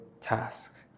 task